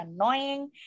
annoying